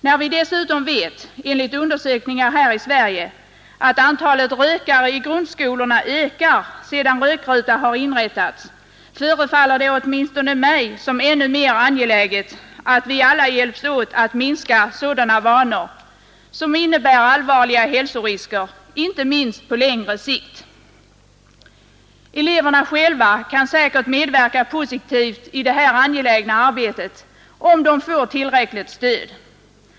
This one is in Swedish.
När vi dessutom efter undersökningar här i Sverige vet att antalet rökare i grundskolorna ökar sedan rökruta inrättats förefallet det åtminstone mig som än mer angeläget att vi alla hjälps åt för att bryta sådana vanor som innebär allvarliga hälsorisker, inte minst på längre sikt. Eleverna själva kan säkert medverka positivt i detta angelägna arbete, om de får tillräckligt stöd.